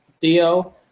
Theo